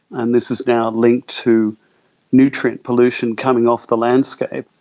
and this is now linked to nutrient pollution coming off the landscape.